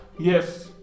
Yes